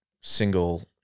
single